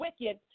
wicked